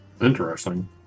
Interesting